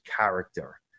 character